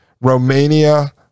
Romania